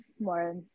More